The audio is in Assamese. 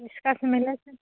খুচ খাচ মিলাইছে